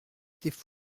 étaient